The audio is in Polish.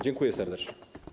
Dziękuję serdecznie.